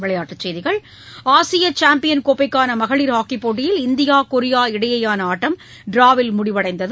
விளையாட்டுச் செய்திகள் ஆசிய சாம்பியன் கோப்பைக்கான மகளிர் ஹாக்கி போட்டியில் இந்தியா கொரியா இடையேயான ஆட்டம் ட்டிராவில் முடிவடைந்தது